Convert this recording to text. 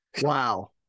wow